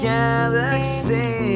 galaxy